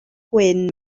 gwyn